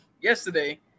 yesterday